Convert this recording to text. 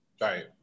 Right